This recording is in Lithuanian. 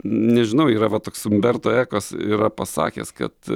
nežinau yra va toks umberto ekos yra pasakęs kad